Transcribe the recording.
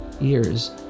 ears